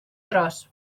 tros